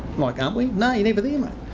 like, aren't we? no, you're never there, mate.